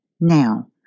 Now